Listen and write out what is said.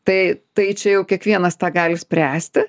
tai tai čia jau kiekvienas tą gali spręsti